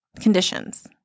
conditions